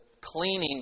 cleaning